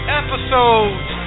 episodes